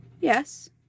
Yes